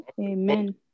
Amen